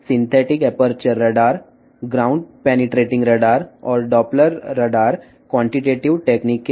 synthetic aperture radar ground penetrating radar మరియు Doppler radar గుణాత్మక సాంకేతికతకు చెందినవి